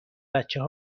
بچه